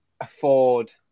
afford